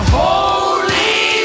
holy